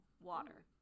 water